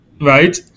right